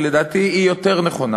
שלדעתי היא יותר נכונה: